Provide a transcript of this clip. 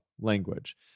language